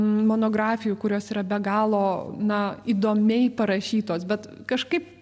monografijų kurios yra be galo na įdomiai parašytos bet kažkaip